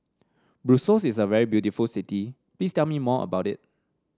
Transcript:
Brussels is a very beautiful city please tell me more about it